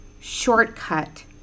shortcut